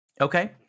Okay